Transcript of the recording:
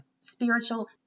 spiritual